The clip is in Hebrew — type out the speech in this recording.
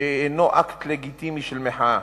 אינו אקט לגיטימי של מחאה,